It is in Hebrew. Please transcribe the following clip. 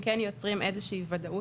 כן יוצרים איזו שהיא ודאות,